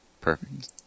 Perfect